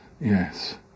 yes